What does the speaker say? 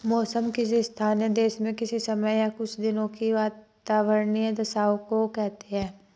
मौसम किसी स्थान या देश में किसी समय या कुछ दिनों की वातावार्नीय दशाओं को कहते हैं